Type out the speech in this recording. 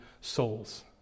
souls